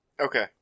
Okay